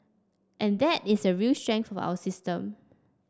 and that is a real strength of our system